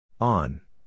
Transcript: On